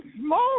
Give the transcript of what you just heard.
smoke